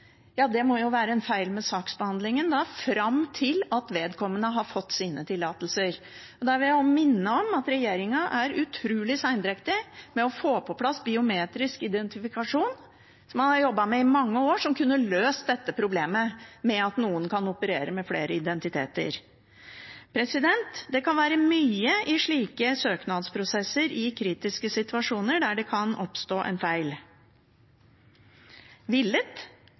Ja, det må jo være en feil ved saksbehandlingen fram til vedkommende har fått sine tillatelser. Jeg vil minne om at regjeringen er utrolig sendrektig med å få på plass biometrisk identifikasjon, som man har jobbet med i mange år, og som kunne ha løst problemet med at noen kan operere med flere identiteter. Det kan være mye i søknadsprosessene i kritiske situasjoner der det kan oppstå en feil – villet